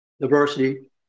diversity